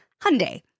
Hyundai